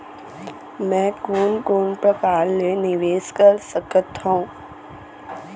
मैं कोन कोन प्रकार ले निवेश कर सकत हओं?